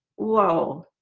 whoa,